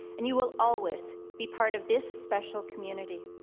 and you will always be part of this special community.